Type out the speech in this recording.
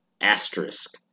asterisk